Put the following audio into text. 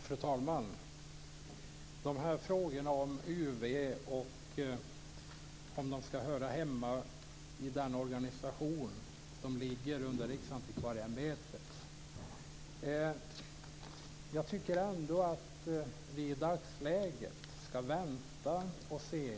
Fru talman! När det gäller frågorna om UV och om UV skall höra hemma i den organisation som den ligger under, Riksantikvarieämbetet, tycker jag att vi i dagsläget skall vänta med dessa.